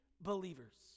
believers